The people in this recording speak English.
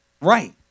Right